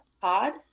pod